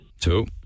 Two